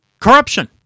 corruption